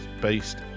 based